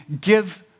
give